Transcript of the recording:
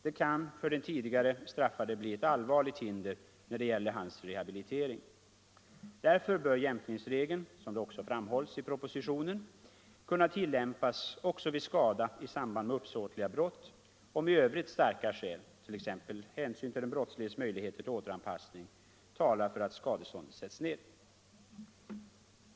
Det kan för den tidigare straffade bli ett allvarligt hinder när det gäller hans rehabilitering. Därför bör jämkningsregeln, som det också framhålls i propositionen, kunna tillämpas även vid skada i samband med uppsåtliga brott, om i övrigt starka skäl, t.ex. hänsyn till den brottsliges möjligheter till återanpassning, talar för att skadeståndet sätts ned.